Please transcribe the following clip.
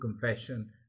confession